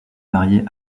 marié